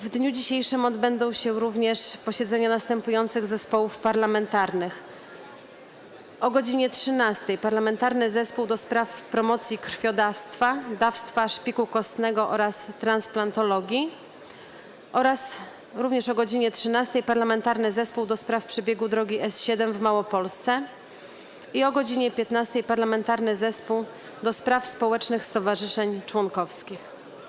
W dniu dzisiejszym odbędą się również posiedzenia następujących zespołów parlamentarnych: - o godz. 13 - Parlamentarnego Zespołu ds. Promocji Krwiodawstwa, Dawstwa Szpiku Kostnego oraz Transplantologii, - o godz. 13 - Parlamentarnego Zespołu ds. przebiegu drogi S7 w Małopolsce, - o godz. 15 - Parlamentarnego Zespołu ds. Społecznych Stowarzyszeń Członkowskich.